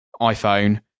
iPhone